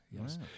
yes